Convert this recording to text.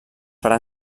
farà